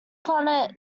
planet